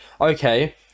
okay